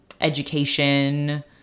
education